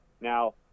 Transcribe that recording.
now